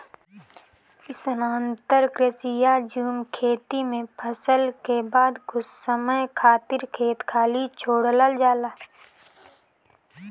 स्थानांतरण कृषि या झूम खेती में फसल के बाद कुछ समय खातिर खेत खाली छोड़ल जाला